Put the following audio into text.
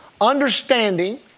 Understanding